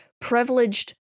privileged